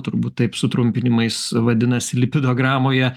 turbūt taip sutrumpinimais vadinasi lipidogramoje